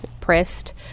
pressed